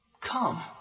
come